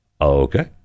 Okay